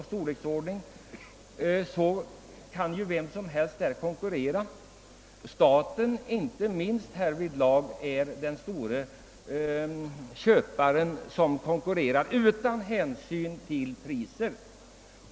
Vem som helst kan konkurrera. Inte minst staten är härvidlag den stora köparen som konkurrerar utan hänsyn till priser.